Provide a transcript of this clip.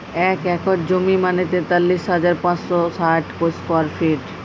এক একর জমি মানে তেতাল্লিশ হাজার পাঁচশ ষাট স্কোয়ার ফিট